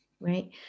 right